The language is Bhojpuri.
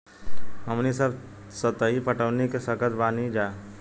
हमनी सब सतही पटवनी क सकतऽ बानी जा